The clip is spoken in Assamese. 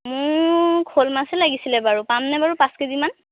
মোক শ'ল মাছে লাগিছিলে বাৰু পামনে বাৰু পাঁচ কেজিমান